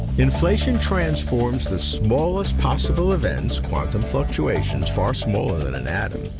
inflation transforms the smallest possible event, quantum fluctuations far smaller than an atom,